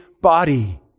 body